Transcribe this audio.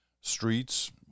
streets